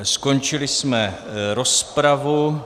Skončili jsme rozpravu.